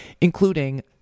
including